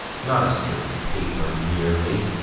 not a strip of paper merely,